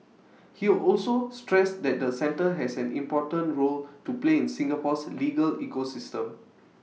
he also stressed that the centre has an important role to play in Singapore's legal ecosystem